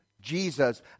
Jesus